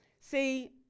see